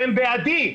והם בעדי,